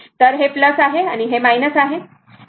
तर हे आहे हे आहे